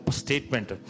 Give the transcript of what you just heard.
statement